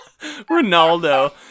Ronaldo